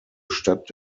stadt